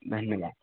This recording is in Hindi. धन्यवाद